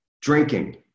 drinking